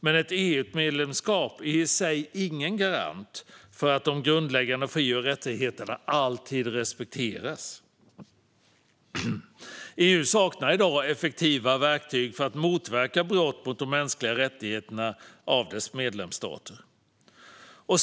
Men ett EU-medlemskap är i sig ingen garant för att de grundläggande fri och rättigheterna alltid respekteras. EU saknar i dag effektiva verktyg för att motverka brott mot de mänskliga rättigheterna av dess medlemsstater.